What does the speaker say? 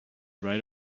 right